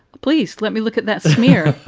please let me look at that smear